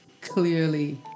Clearly